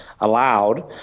allowed